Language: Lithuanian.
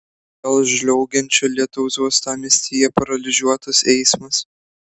dėl žliaugiančio lietaus uostamiestyje paralyžiuotas eismas